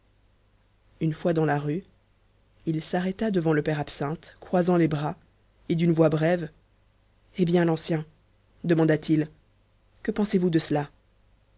une fois dans la rue il s'arrêta devant le père absinthe croisant les bras et d'une voix brève eh bien l'ancien demanda-t-il que pensez-vous de cela